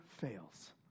fails